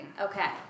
Okay